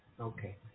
Okay